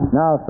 now